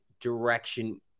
direction